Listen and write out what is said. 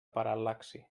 paral·laxi